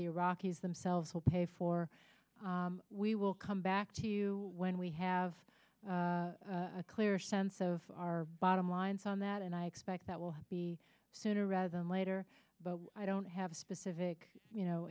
the iraqis themselves will pay for we will come back to you when we have a clear sense of our bottom lines on that and i expect that will be sooner rather than later but i don't have specific you know